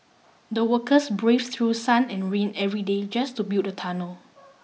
the workers braved through sun and rain every day just to build the tunnel